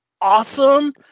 awesome